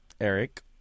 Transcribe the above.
Eric